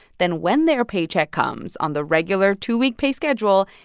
then when their paycheck comes on the regular two-week pay schedule,